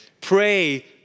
Pray